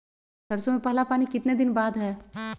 सरसों में पहला पानी कितने दिन बाद है?